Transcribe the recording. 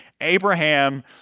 Abraham